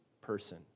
person